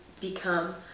Become